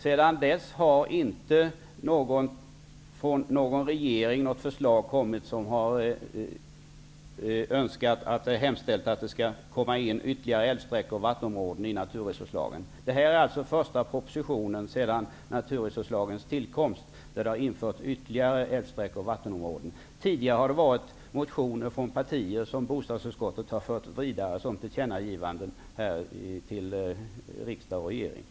Sedan dess har inte något förslag kommit från någon regering där det har hemställts om att ytterligare älvsträckor och vattenområden skall föras in i naturresurslagen. Detta är alltså den första propositionen sedan naturresurslagens tillkomst där det har införts ytterligare älvsträckor och vattenområden. Tidigare har bostadsutskottet fört vidare motioner från partier som tillkännagivanden till regeringen.